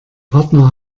partner